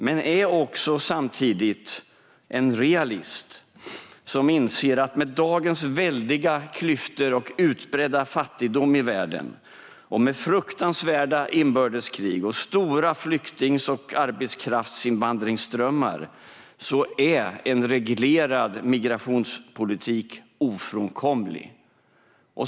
Men jag är också samtidigt en realist som inser att med dagens väldiga klyftor och utbredda fattigdom i världen, fruktansvärda inbördeskrig och stora flykting och arbetskraftsinvandringsströmmar är en reglerad migrationspolitik ofrånkomlig.